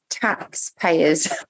taxpayers